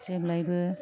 जेब्लायबो